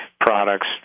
products